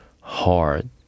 hard